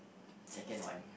second one